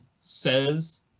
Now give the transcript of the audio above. says